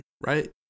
right